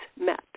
met